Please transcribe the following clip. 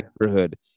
neighborhood